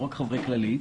לא רק חברי כללית,